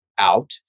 out